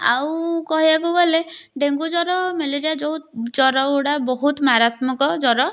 ଆଉ କହିଆକୁ ଗଲେ ଡେଙ୍ଗୁ ଜ୍ଵର ମ୍ୟାଲେରିଆ ଯେଉଁ ଜ୍ଵରଗୁଡ଼ା ବହୁତ ମାରାତ୍ମକ ଜ୍ଵର